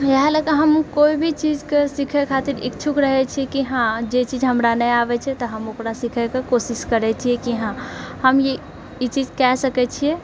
इएह लैकऽ हम कोइ भी चीजकऽ सिखय खातिर इच्छुक रहैत छियै कि हाँ जे चीज हमरा नहि आबय छै तऽ हम ओकरा सिखयकऽ कोशिश करैत छियै कि हाँ हम ई चीज कए सकैत छियै